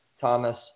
Thomas